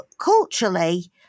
culturally